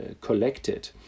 collected